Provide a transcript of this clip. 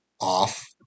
off